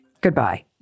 Goodbye